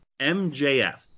MJF